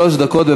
שלוש דקות.